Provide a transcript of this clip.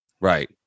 Right